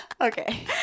Okay